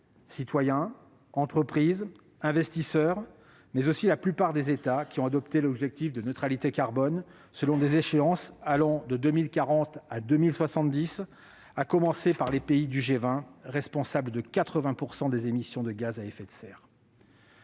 citoyens, entreprises, investisseurs, mais aussi la plupart des États qui ont adopté l'objectif de neutralité carbone selon des échéances allant de 2040 à 2070- à commencer par les pays du G20, responsables de 80 % des émissions de gaz à effet de serre.